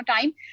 time